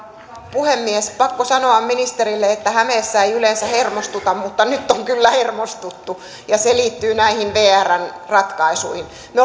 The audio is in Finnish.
puhemies pakko sanoa ministerille että hämeessä ei yleensä hermostuta mutta nyt on kyllä hermostuttu ja se liittyy näihin vrn ratkaisuihin me